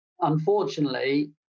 unfortunately